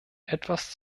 etwas